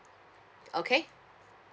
okay